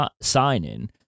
signing